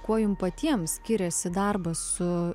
kuo jum patiem skiriasi darbas su